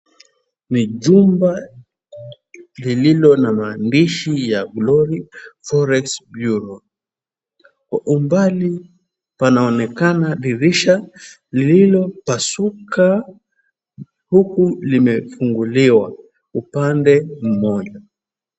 Ni jumba lililo na maandishi ya Glory Forex Bureau. Kwa umbali panaonekana dirisha lililopasuka huku limefunguliwa upande mmoja.